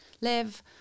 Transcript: live